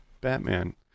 Batman